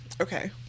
Okay